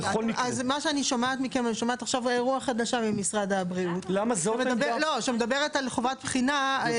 אני שומעת עכשיו דבר חדש ממשרד הבריאות שמדבר על חובת בחינה.